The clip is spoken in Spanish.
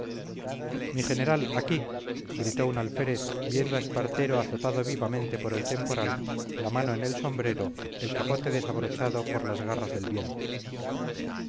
mi general aquí gritó un alférez viendo a espartero azotado vivamente por el temporal la mano en el sombrero el capote desabrochado por las garras del viento